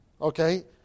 Okay